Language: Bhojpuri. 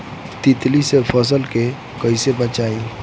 तितली से फसल के कइसे बचाई?